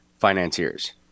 financiers